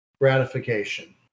gratification